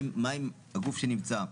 מה עם הגוף שנמצא.